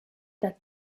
that